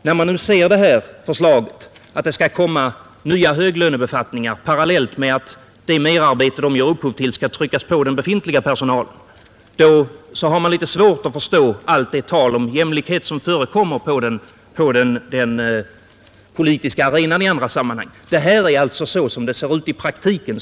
När man nu ser förslaget att det skall inrättas nya höglönebefattningar parallellt med att det merarbete som de ger upphov till skall tryckas på den befintliga personalen, har man litet svårt att förstå allt det tal om jämlikhet som förekommer på den politiska arenan i andra sammanhang. Detta är ett exempel på hur det ser ut i praktiken.